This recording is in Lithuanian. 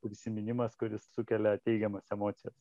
prisiminimas kuris sukelia teigiamas emocijas